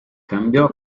cambiò